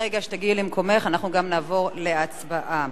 וברגע שתגיעי למקומך אנחנו גם נעבור להצבעה.